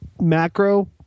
Macro